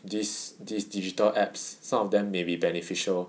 this this digital apps some of them may be beneficial